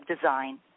design